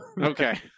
Okay